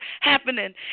happening